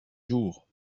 jours